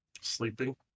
Sleeping